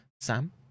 Sam